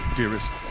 dearest